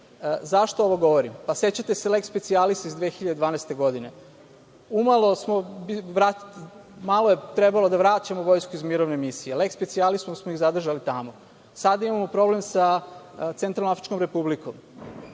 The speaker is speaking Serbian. ovo govorim? Sećate se leks specialisa iz 2012. godine. Umalo smo vratili Vojsku iz mirovne misije. Leks specialisom smo ih zadržali tamo. Sada imamo problem sa Centralnom Afričkom Republikom.